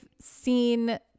seen